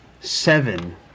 Seven